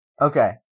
Okay